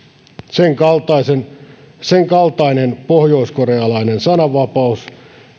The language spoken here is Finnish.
senkaltainen senkaltainen pohjoiskorealainen sananvapaus